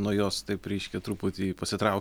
nuo jos taip reiškia truputį pasitrau